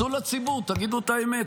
צאו לציבור, תגידו את האמת.